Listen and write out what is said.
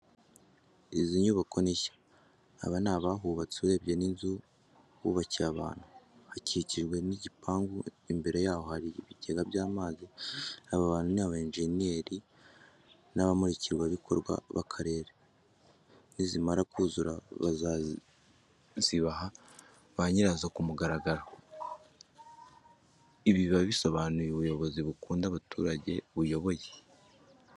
Izi nyubako ni nshya, aba ni abahubatse, urebye n'inzu bubakiye abantu. Hakikijwe n'igipangu, imbere yaho hari ibigega by'amazi, aba bantu ni aba enjeniyeri n'abamurikirwa bikorwa ba karere. Nizimara kuzura bazaziha ba nyirazo kumugaragaro, ibi biba bisobanuye ubuyobozi bukunda abaturage buyoboye.